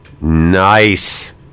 Nice